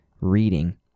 reading